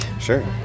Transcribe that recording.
Sure